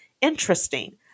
interesting